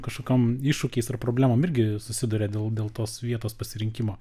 kažkokiom iššūkiais ar problemom irgi susiduriat dėl dėl tos vietos pasirinkimo